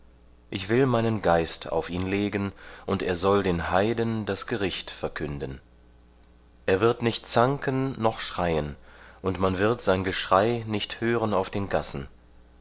ich will meinen geist auf ihn legen und er soll den heiden das gericht verkünden er wird nicht zanken noch schreien und man wird sein geschrei nicht hören auf den gassen